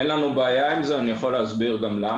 אין לנו בעיה עם זה ואני יכול גם להסביר למה.